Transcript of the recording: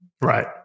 Right